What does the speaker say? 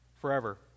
forever